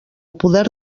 poder